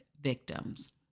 victims